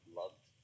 loved